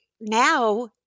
now